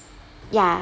ya